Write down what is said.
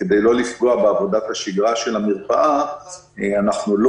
כדי לא לפגוע בעבודת השגרה של המרפאה אנחנו לא